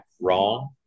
wrong